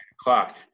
o'clock